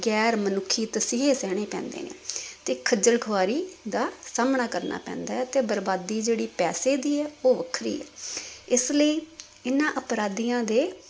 ਗੈਰ ਮਨੁੱਖੀ ਤਸੀਹੇ ਸਹਿਣੇ ਪੈਂਦੇ ਨੇ ਅਤੇ ਖੱਜਲ ਖੁਆਰੀ ਦਾ ਸਾਹਮਣਾ ਕਰਨਾ ਪੈਂਦਾ ਹੈ ਅਤੇ ਬਰਬਾਦੀ ਜਿਹੜੀ ਪੈਸੇ ਦੀ ਹੈ ਉਹ ਵੱਖਰੀ ਹੈ ਇਸ ਲਈ ਇਹਨਾਂ ਅਪਰਾਧੀਆਂ ਦੇ